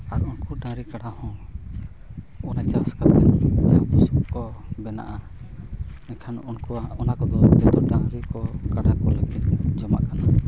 ᱟᱨ ᱩᱱᱠᱩ ᱰᱟᱹᱝᱨᱤ ᱠᱟᱰᱟ ᱚᱱᱟ ᱪᱟᱥ ᱠᱟᱛᱮᱫ ᱠᱚ ᱵᱮᱱᱟᱜᱼᱟ ᱢᱮᱱᱠᱷᱟᱱ ᱩᱱᱠᱩ ᱠᱚᱫᱚ ᱚᱱᱟ ᱰᱟᱹᱝᱨᱤ ᱠᱚ ᱠᱟᱰᱟ ᱠᱚ ᱞᱟᱹᱜᱤᱫ ᱡᱚᱢᱟᱜ